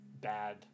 bad